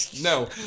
No